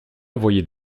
voyait